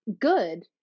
good